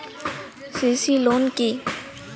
CC loan কি?